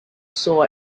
saw